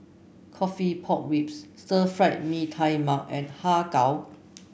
coffee Pork Ribs Stir Fried Mee Tai Mak and Har Kow